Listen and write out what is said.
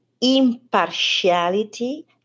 impartiality